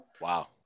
Wow